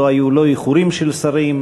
לא היו איחורים של שרים,